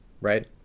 right